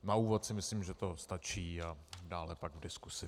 Na úvod si myslím, že to stačí, a dále pak v diskuzi.